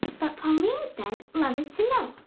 but pauline said love is to know.